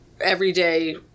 everyday